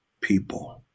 people